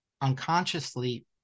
unconsciously